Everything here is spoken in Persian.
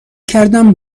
کردم